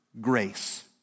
grace